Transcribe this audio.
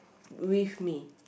with me